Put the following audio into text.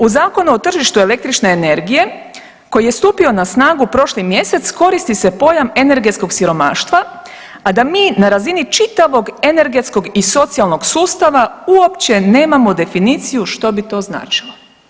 U Zakonu o tržištu električne energije koji je stupio na snagu prošli mjesec koristi se pojam energetskog siromaštva, a da mi na razini čitavog energetskog i socijalnog sustava uopće nemamo definiciju što bi to značilo.